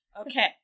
Okay